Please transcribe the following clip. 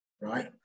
right